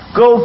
go